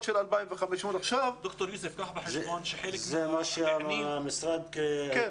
זה הצורך בו הכיר המשרד.